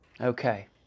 Okay